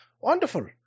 Wonderful